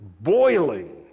boiling